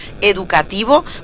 educativo